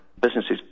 businesses